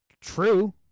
True